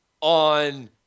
on